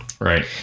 Right